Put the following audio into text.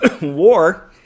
War